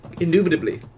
Indubitably